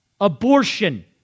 Abortion